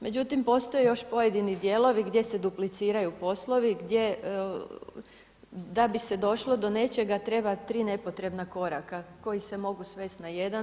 Međutim, postoje još pojedini dijelovi gdje se dupliciraju poslovi, gdje da bi se došlo do nečega treba 3 nepotrebna koraka koji se mogu svesti na jedan.